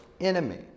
enemy